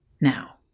now